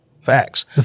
Facts